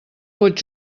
pot